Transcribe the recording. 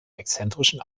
exzentrischen